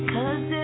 Cause